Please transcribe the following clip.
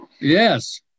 Yes